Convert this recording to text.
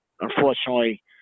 unfortunately